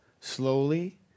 Slowly